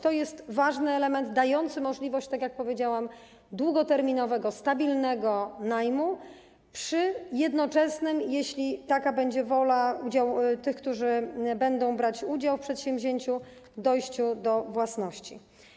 To jest ważny element, dający możliwość - jak powiedziałam - długoterminowego, stabilnego najmu, przy jednoczesnym, jeśli taka będzie wola tych, którzy będą brać udział w przedsięwzięciu, dojściu do własności.